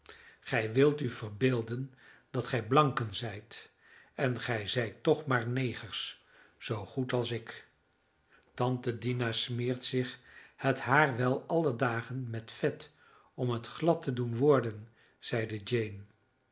gij wilt u verbeelden dat gij blanken zijt en gij zijt toch maar negers zoo goed als ik tante dina smeert zich het haar wel alle dagen met vet om het glad te doen worden zeide jane